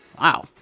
Wow